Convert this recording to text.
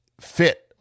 fit